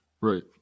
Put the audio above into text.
right